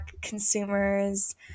consumers